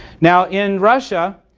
now, in russia,